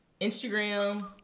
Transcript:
instagram